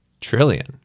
trillion